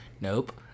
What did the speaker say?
nope